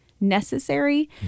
necessary